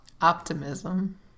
Optimism